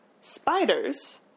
spiders